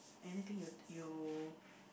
anything you you